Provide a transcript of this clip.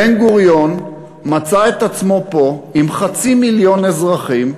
בן-גוריון מצא את עצמו פה עם חצי מיליון אזרחים,